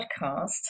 podcast